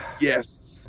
Yes